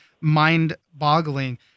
mind-boggling